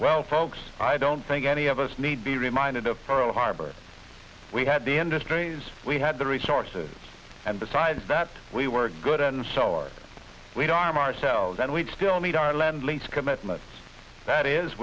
well folks i don't think any of us need be reminded of for the harbor we had the industries we had the resources and besides that we were good and so are we don't arm ourselves and we still need our lend lease commitments that is